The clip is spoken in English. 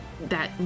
that-